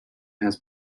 has